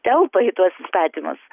telpa į tuos įstatymus